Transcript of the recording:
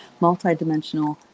multidimensional